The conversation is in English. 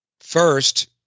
first